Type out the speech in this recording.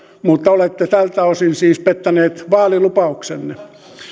mutta olette tältä osin siis pettäneet vaalilupauksenne